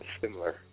Similar